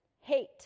hate